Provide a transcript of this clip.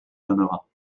donneras